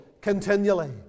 continually